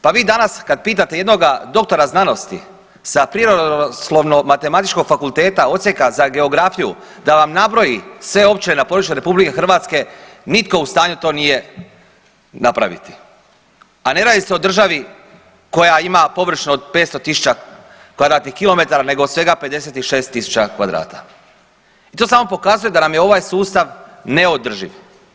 Pa vi danas kad pitate jednoga doktora znanosti sa Prirodoslovno matematičkog fakulteta Odsjeka za geografiju da vam nabroji sve općine na području RH nitko u stanju to nije napraviti, a ne radi se o državi koja ima površinu od 500 tisuća km2 nego od svega 56 tisuća kvadrata i to samo pokazuje da nam je ovaj sustav neodrživ.